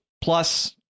Plus